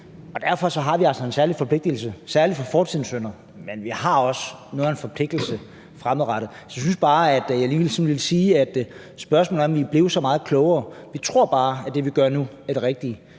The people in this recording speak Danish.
Derfor har vi altså en særlig forpligtelse – det har vi især med hensyn til fortiden synder, men vi har også noget af en forpligtelse fremadrettet. Jeg syntes bare, jeg lige ville sige, at det er et spørgsmål om, hvorvidt vi er blevet så meget klogere. Vi tror bare, at det, vi gør nu, er det rigtige,